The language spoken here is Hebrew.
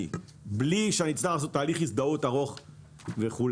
בלי שאצטרך לעשות תהליך הזדהות ארוך וכולי.